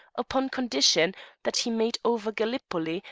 upon condition that he made over gallipoli,